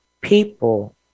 people